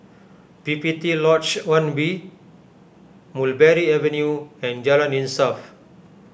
P P T Lodge one B Mulberry Avenue and Jalan Insaf